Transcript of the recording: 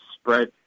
spread